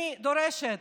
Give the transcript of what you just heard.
אני דורשת,